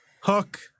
hook